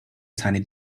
sunny